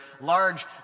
large